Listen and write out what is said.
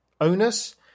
Onus